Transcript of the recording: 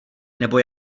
nebo